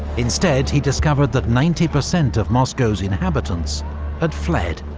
instead, he discovered that ninety per cent of moscow's inhabitants had fled.